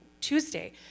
Tuesday